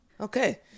Okay